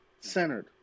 centered